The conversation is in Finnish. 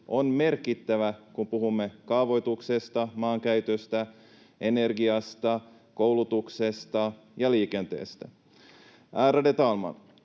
on merkittävä, kun puhumme kaavoituksesta, maankäytöstä, energiasta, koulutuksesta ja liikenteestä. Ärade talman!